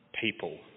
people